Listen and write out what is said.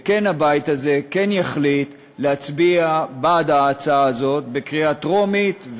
והבית הזה כן יחליט להצביע בעד ההצעה הזו בקריאה טרומית.